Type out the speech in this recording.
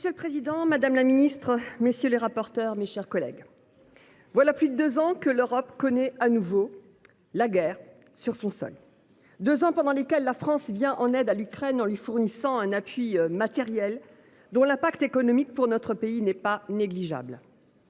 Monsieur le président, madame la ministre, mes chers collègues, voilà plus de deux ans que l’Europe connaît de nouveau la guerre sur son sol. Plus de deux ans pendant lesquels la France est venue en aide à l’Ukraine en lui fournissant un appui matériel, dont l’impact économique pour notre pays n’est pas négligeable.